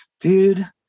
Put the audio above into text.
dude